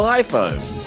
iPhones